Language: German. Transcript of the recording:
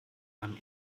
einem